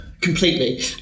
completely